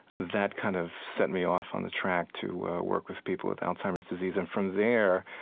that kind of set me off on a track to work with people with alzheimer's disease. and from there,